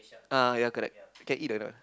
uh ya correct can eat or not